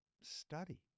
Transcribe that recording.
study